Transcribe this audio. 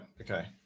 okay